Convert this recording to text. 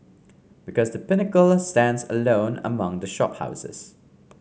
because The Pinnacle stands alone among the shop houses